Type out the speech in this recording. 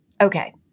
Okay